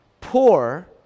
poor